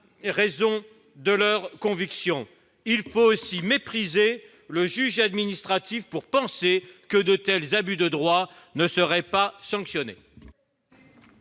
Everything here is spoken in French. raison de leurs convictions ! Il faut aussi mépriser le juge administratif pour penser que de tels abus de droit ne seraient pas sanctionnés